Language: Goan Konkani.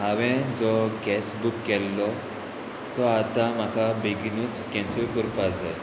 हांवें जो गॅस बूक केल्लो तो आतां म्हाका बेगीनूच कॅन्सल कोरपा जाय